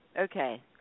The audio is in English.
Okay